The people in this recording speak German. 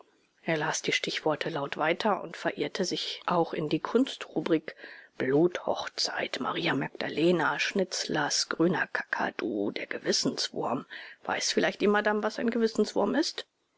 er las die stichworte laut weiter und verirrte sich auch in die kunstrubrik bluthochzeit maria magdalena schnitzlers grüner kakadu der gewissenswurm weiß vielleicht die madame was ein gewissenswurm ist